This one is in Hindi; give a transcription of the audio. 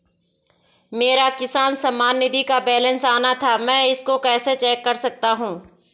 मेरा किसान सम्मान निधि का बैलेंस आना था मैं इसको कैसे चेक कर सकता हूँ?